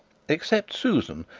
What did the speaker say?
except susan.